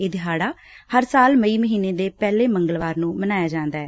ਇਹ ਦਿਹਾੜਾ ਹਰ ਸਾਲ ਮਈ ਮਹੀਨੇ ਦੇ ਪਹਿਲੇ ਮੰਗਲਵਾਰ ਨੂੰ ਮਨਾਇਆ ਜਾਂਦੈ